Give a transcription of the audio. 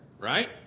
right